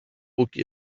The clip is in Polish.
póki